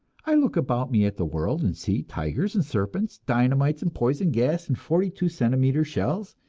i look about me at the world, and see tigers and serpents, dynamite and poison gas and forty-two centimeter shells